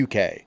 UK